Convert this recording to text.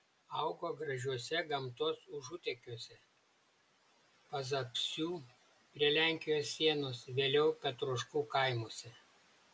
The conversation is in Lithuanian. augo gražiuose gamtos užutekiuose pazapsių prie lenkijos sienos vėliau petroškų kaimuose